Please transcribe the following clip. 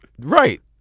Right